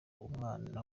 umwana